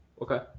okay